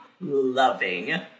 loving